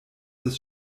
des